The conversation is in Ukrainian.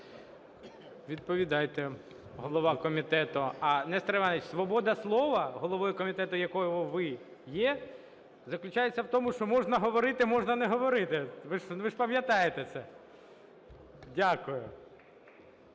Відповідайте, голова комітету. А, Нестор Іванович, свобода слова, головою Комітету, якого ви є, заключається в тому, що можна говорити, можна не говорити, ви ж пам'ятаєте це. Дякую.